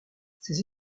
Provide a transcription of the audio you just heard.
ses